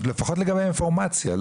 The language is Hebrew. בשביל אינפורמציה,